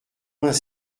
vingt